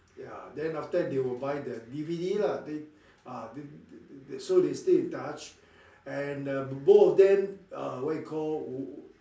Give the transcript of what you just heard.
ya then after that they will buy the D_V_D lah then ah so they stay in touch and uh both of them uh what you call